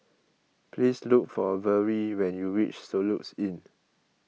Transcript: please look for Vertie when you reach Soluxe Inn